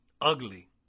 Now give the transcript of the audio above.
ugly